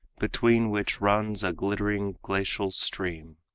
between which runs a glittering glacial stream,